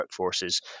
workforces